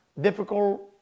difficult